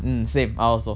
um same also